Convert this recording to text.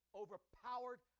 overpowered